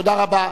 תודה רבה.